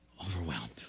overwhelmed